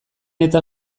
eta